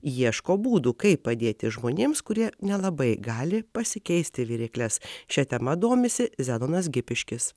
ieško būdų kaip padėti žmonėms kurie nelabai gali pasikeisti virykles šia tema domisi zenonas gipiškis